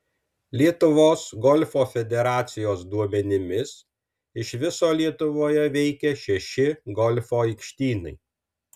lietuvos golfo federacijos duomenimis iš viso lietuvoje veikia šeši golfo aikštynai